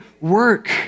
work